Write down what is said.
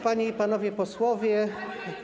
Panie i Panowie Posłowie!